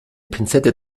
pinzette